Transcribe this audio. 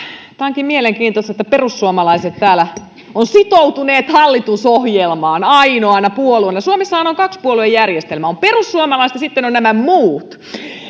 tämä onkin mielenkiintoista että perussuomalaiset täällä on sitoutunut hallitusohjelmaan ainoana puolueena suomessahan on kaksipuoluejärjestelmä on perussuomalaiset ja sitten ovat nämä muut